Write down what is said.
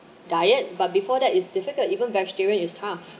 diet but before that is difficult even vegetarian is tough